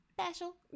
special